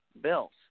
Bills